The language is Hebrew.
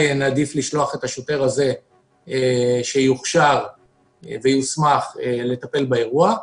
נעדיף לשלוח את השוטר הזה שיוכשר ויוסמך לטפל באירוע,